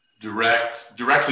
directly